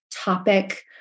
topic